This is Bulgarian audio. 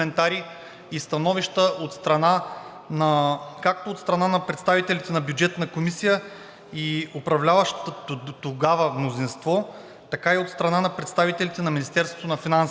и становища от страна както на представителите на Бюджетна комисия и управляващото тогава мнозинство, така и от страна на представителите на Министерството на финансите.